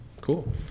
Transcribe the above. Cool